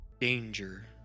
danger